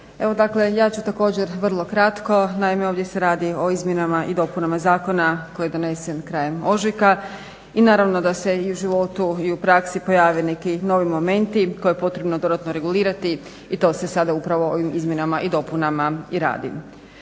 ja ću također vrlo kratko naime ovdje se radi o izmjenama i dopunama Zakona koji je donesen krajem ožujka i naravno da se i u životu i u praksi pojave neki novi momenti koje je potrebno dodatno regulirati i to se sada upravo ovim izmjenama i dopunama radi.